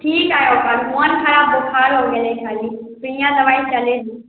ठीक है अखन मोन खराब बोखार लग गेलै खाली पुरनियाँ दबाइ कैले ही